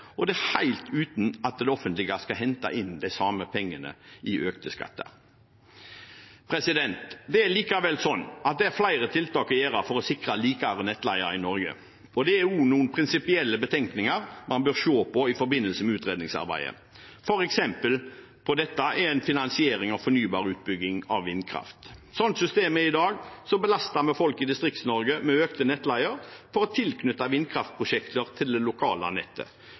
og det helt uten at det offentlige henter inn de samme pengene i økte skatter. Det er likevel sånn at det er flere tiltak en kan gjøre for å sikre likere nettleie i Norge, og det er også noen prinsipielle betenkninger man bør se på i forbindelse med utredningsarbeidet. Et eksempel på dette er finansiering av fornybarutbygging av vindkraft. Slik systemet er i dag, belaster vi folk i Distrikts-Norge med økte nettleier for å tilknytte vindkraftprosjekter til det lokale nettet,